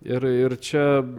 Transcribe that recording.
ir ir čia